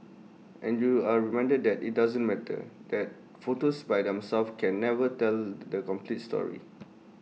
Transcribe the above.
and you are reminded that IT doesn't matter that photos by themselves can never tell the complete story